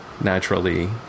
naturally